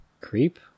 creep